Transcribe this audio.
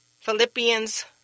Philippians